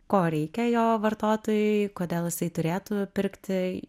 ko reikia jo vartotojui kodėl jisai turėtų pirkti